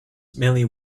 mainly